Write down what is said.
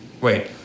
Wait